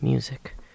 Music